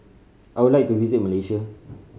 I would like to visit Malaysia